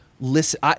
listen